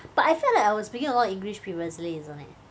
but I felt like I was speaking a lot English previously isn't it